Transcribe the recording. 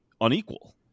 unequal